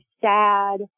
sad